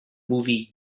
movie